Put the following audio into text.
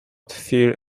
phil